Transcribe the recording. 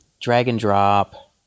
drag-and-drop